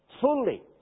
fully